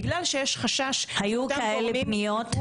בגלל שיש חשש מאותם גורמים --- היו כאלה פניות?